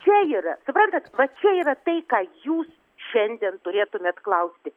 čia yra suprantat va čia yra tai ką jūs šiandien turėtumėt klausti